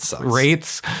rates